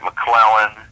McClellan